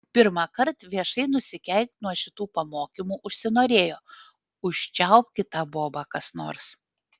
pirmąkart viešai nusikeikt nuo šitų pamokymų užsinorėjo užčiaupkit tą bobą kas nors